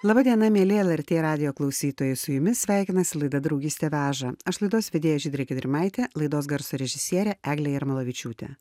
laba diena mieli lrt radijo klausytojai su jumis sveikinasi laida draugystė veža aš laidos vedėja žydrė gedrimaitė laidos garso režisierė eglė jarmalavičiūtė